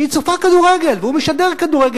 כי היא צופה כדורגל והוא משדר כדורגל,